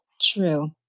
True